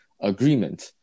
agreement